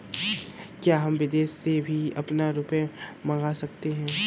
क्या हम विदेश से भी अपना रुपया मंगा सकते हैं?